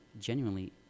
genuinely